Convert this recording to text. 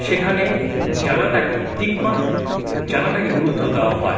সেখানে জানাটাকে tick mark জানাটাকে গুরুত্ব দেওয়া হয়